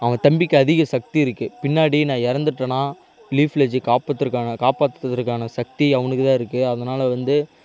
அவன் தம்பிக்கு அதிக சக்தி இருக்கு பின்னாடி நான் இறந்துட்டேன்னா லீஃப் வில்லேஜை காப்பாற்றுறதுக்கான காப்பாற்றுறதுக்கான சக்தி அவனுக்கு தான் இருக்குது அதனால் வந்து